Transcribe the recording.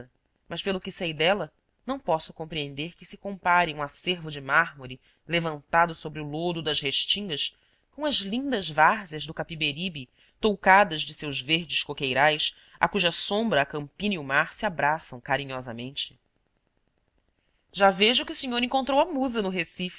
mas pelo que sei dela não posso compreender que se compare um acervo de mármore levantado sobre o lodo das restingas com as lindas várzeas do capiberibe toucadas de seus verdes coqueirais a cuja sombra a campina e o mar se abraçam carinhosamente já vejo que o senhor encontrou a musa no recife